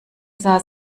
sah